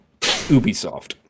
ubisoft